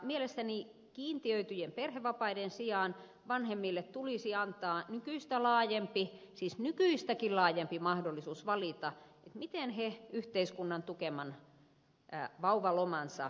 mielestäni kiintiöityjen perhevapaiden sijaan vanhemmille tulisi antaa nykyistä laajempi siis nykyistäkin laajempi mahdollisuus valita miten he yhteiskunnan tukeman vauvalomansa käyttävät